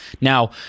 Now